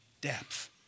depth